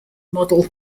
model